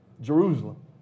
Jerusalem